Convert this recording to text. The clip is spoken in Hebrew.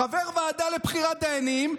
חבר ועדה לבחירת דיינים,